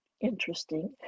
interesting